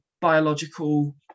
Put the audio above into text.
biological